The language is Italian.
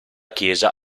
chiesa